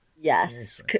Yes